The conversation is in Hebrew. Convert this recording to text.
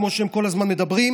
כמו שהם כל הזמן מדברים,